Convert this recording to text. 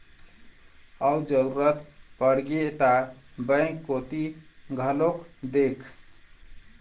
अउ जरुरत पड़गे ता बेंक कोती घलोक देख